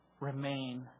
Remain